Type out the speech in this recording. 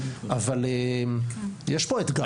אבל יש פה אתגר.